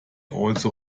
also